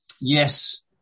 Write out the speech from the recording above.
yes